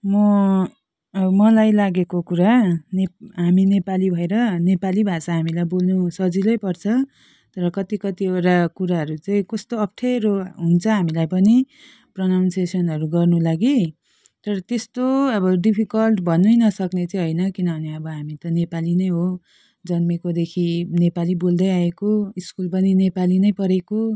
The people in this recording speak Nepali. म मलाई लागेको कुरा नेप हामी नेपाली भएर नेपाली भाषा हामीलाई बोल्नु सजिलै पर्छ तर कति कतिवटा कुराहरू चाहिँ कस्तो अप्ठ्यारो हुन्छ हामीलाई पनि प्रनाउनसेसनहरू गर्नु लागि तर त्यस्तो अब डिफिकल्ट भन्नै नसक्ने चाहिँ होइन किनभने अब हामी त नेपाली नै हो जन्मेकोदेखि नेपाली बोल्दै आएको स्कुल पनि नेपाली नै पढेको